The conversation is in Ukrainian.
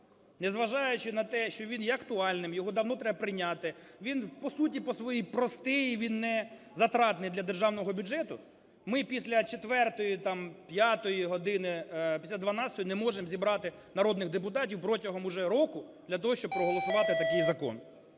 незважаючи на те, що він є актуальним, його давно треба прийняти, він по суті по своїй простий і він не затратний для державного бюджету, ми після 4-ї, там 5-ї години, після 12-ї не можемо зібрати народних депутатів протягом уже року для того, щоб проголосувати такий закон,